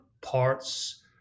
parts